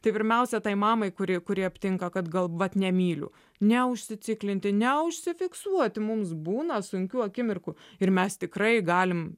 tai pirmiausia tai mamai kuri kuri aptinka kad gal vat nemyliu neužsiciklinti neužsifiksuoti mums būna sunkių akimirkų ir mes tikrai galim